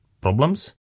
problems